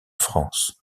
france